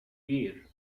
year